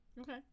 Okay